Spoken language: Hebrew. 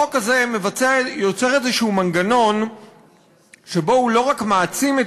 החוק הזה יוצר איזשהו מנגנון שבו הוא לא רק מעצים את